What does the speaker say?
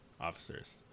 Officers